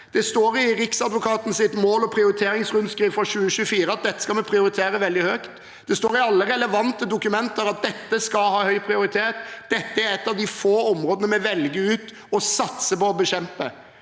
Det står i Riksadvokatens mål- og prioriteringsrundskriv for 2024 at dette skal vi prioritere veldig høyt. Det står i alle relevante dokumenter at dette skal ha høy prioritet. Dette er et av de få områdene vi velger ut, og noe vi satser på å bekjempe.